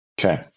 Okay